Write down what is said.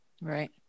Right